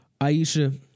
aisha